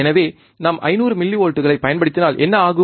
எனவே நாம் 500 மில்லிவோல்ட்களைப் பயன்படுத்தினால் என்ன ஆகும்